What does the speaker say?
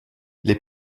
les